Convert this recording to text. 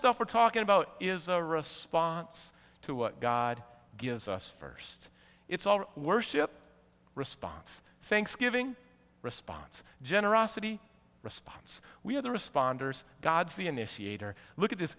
stuff we're talking about is a response to what god gives us first it's all worship response thanksgiving response generosity response we are the responders god's the initiator look at this